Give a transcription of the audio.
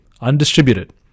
undistributed